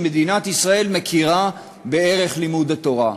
שמדינת ישראל מכירה בערך לימוד התורה.